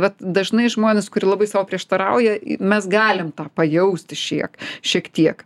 vat dažnai žmonės kurie labai sau prieštarauja mes galim tą pajausti šiek šiek tiek